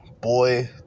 boy